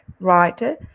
writer